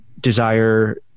desire